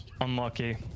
Unlucky